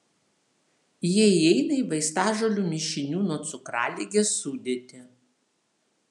jie įeina į vaistažolių mišinių nuo cukraligės sudėtį